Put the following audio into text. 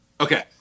Okay